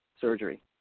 surgery